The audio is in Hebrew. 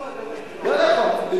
לא הבאתם שלום?